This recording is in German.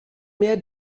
mehr